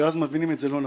שאז מבינים את זה לא נכון.